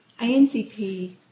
ANCP